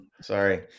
Sorry